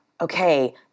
okay